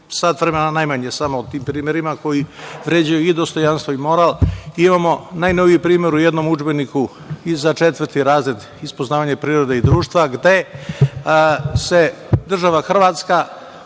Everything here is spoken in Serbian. sat vremena najmanje, samo o tim primerima koji vređaju i dostojanstvo i moral. Imamo najnoviji primer u jednom udžbeniku i za četvrti razred iz poznavanja prirode i društva gde se država Hrvatska